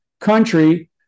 country